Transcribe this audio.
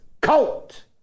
cult